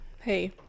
hey